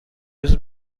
روز